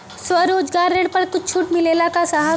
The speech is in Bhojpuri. स्वरोजगार ऋण पर कुछ छूट मिलेला का साहब?